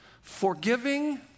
forgiving